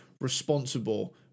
responsible